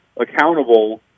accountable